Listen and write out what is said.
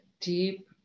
deep